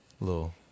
Little